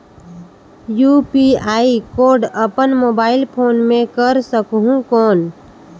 UPI code अपन mobile phone मे कर सकहुं कौन?